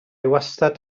wastad